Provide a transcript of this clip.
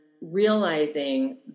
realizing